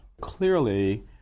Clearly